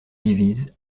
davies